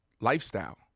lifestyle